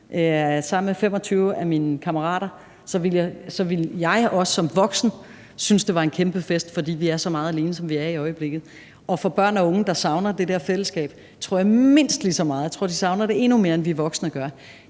sammen med 25 af mine kammerater, så også som voksen ville synes, det var en kæmpe fest, fordi vi er så meget alene, som vi er i øjeblikket. Og for børn og unge, der, tror jeg, savner det der fællesskab mindst lige så meget – jeg tror, de savner det endnu mere, end vi voksne gør